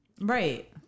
Right